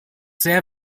sehr